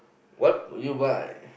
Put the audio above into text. what will you buy